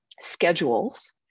schedules